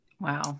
Wow